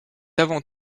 avant